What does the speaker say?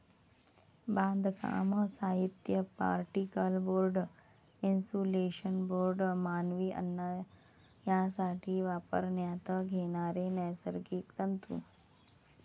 बांधकाम साहित्य, particle board, insulation board, मानवी अन्न यासाठी वापरण्यात येणारे नैसर्गिक तंतू